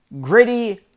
Gritty